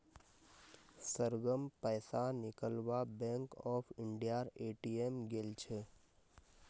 सरगम पैसा निकलवा बैंक ऑफ इंडियार ए.टी.एम गेल छ